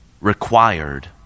required